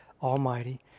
Almighty